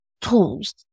tools